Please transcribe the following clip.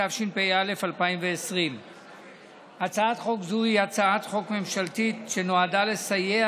התשפ"א 2020. הצעת חוק זו היא הצעת חוק ממשלתית שנועדה לסייע